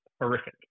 horrific